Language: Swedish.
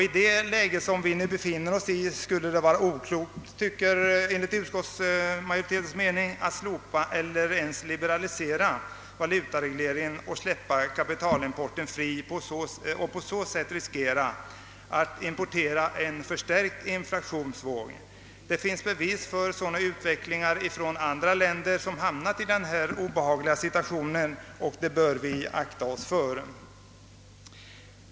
I det läge vari vi nu befinner oss skulle det enligt utskottsmajoritetens mening vara oklokt att slopa eller ens liberalisera valutaregleringen och släppa kapitalimporten fri och på så sätt riskera att importera en förstärkt inflationsvåg. Det finns flera bevis för en sådan utveckling i andra länder som hamnat i en obehaglig situation på grund därav, och det bör vi akta oss för.